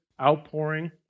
outpouring